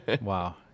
Wow